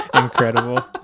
Incredible